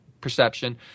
perception